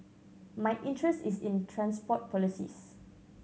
my interest is in transport policies